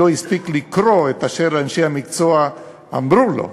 לא הספיק לקרוא את אשר אנשי המקצוע אמרו לו,